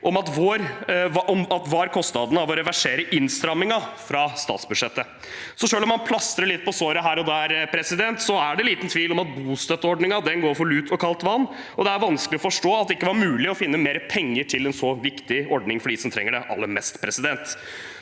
at var kostnadene ved å reversere innstrammingen fra statsbudsjettet. Så selv om man plastrer litt på såret her og der, er det liten tvil om at bostøtteordningen går for lut og kaldt vann. Det er vanskelig å forstå at det ikke var mulig å finne mer penger til en så viktig ordning for dem som trenger det aller mest.